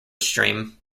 stream